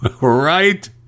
right